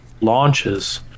launches